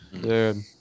Dude